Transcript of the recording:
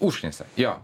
užknisa jo